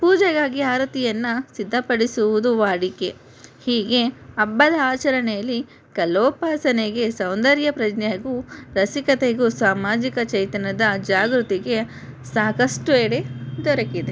ಪೂಜೆಗಾಗಿ ಆರತಿಯನ್ನು ಸಿದ್ಧಪಡಿಸುವುದು ವಾಡಿಕೆ ಹೀಗೆ ಹಬ್ಬದ ಆಚರಣೆಯಲ್ಲಿ ಕಲೋಪಾಸನೆಗೆ ಸೌಂದರ್ಯಪ್ರಜ್ಞೆ ಹಾಗೂ ರಸಿಕತೆಗೂ ಸಾಮಾಜಿಕ ಚೈತನ್ಯದ ಜಾಗೃತಿಗೆ ಸಾಕಷ್ಟು ಎಡೆ ದೊರಕಿದೆ